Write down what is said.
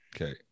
Okay